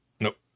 Nope